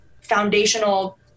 foundational